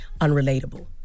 unrelatable